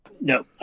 No